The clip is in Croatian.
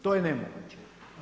To je nemoguće.